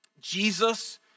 Jesus